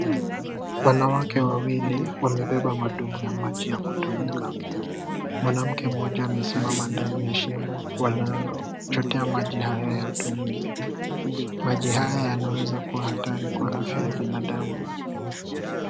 Wanawake wawili wamebeba madumbo ya maji ya kutumika. Mwanamke mmoja amesimama ndani ya shimo wanalochotea maji hayo ya utumizi. Maji haya yanaweza kuwa hatari kwa afya ya binadamu.